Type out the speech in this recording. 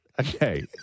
Okay